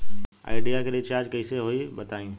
Idea के recharge कइसे होई बताईं?